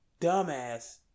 dumbass